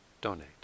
donate